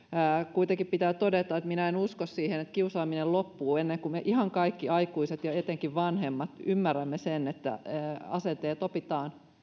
kuitenkin pitää todeta että minä en usko siihen että kiusaaminen loppuu ennen kuin me ihan kaikki aikuiset ja etenkin vanhemmat ymmärrämme sen että asenteet opitaan